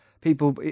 People